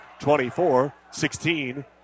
24-16